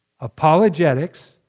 Apologetics